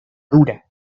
dura